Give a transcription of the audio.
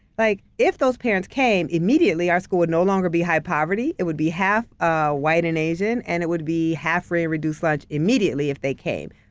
like if those parents came immediately, our school would no longer be high poverty. it would be half ah white and asian. and it would be half reduced lunch immediately, if they came.